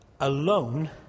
alone